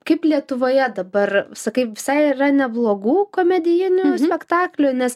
kaip lietuvoje dabar sakai visai yra neblogų komedijinių spektaklių nes